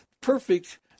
perfect